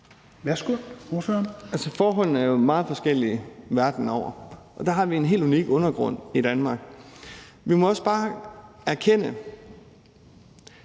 Danielsen (V): Forholdene er jo meget forskellige verden over, og der har vi en helt unik undergrund i Danmark. Vi må også bare erkende,